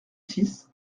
six